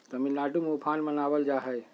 तमिलनाडु में उफान मनावल जाहई